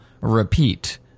Repeat